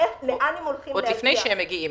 לאן הם הולכים להגיע --- עוד לפני שהם מגיעים,